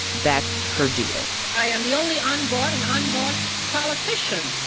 that's her deal i am the only unbought and unbossed politician,